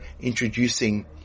introducing